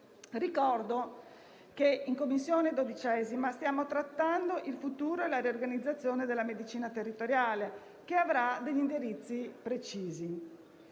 Ricordo che in 12a Commissione stiamo trattando il futuro e la riorganizzazione della medicina territoriale, che avrà degli indirizzi precisi.